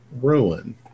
ruin